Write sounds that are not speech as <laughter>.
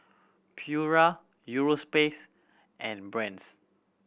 Pura <unintelligible> and Brand's